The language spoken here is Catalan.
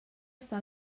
està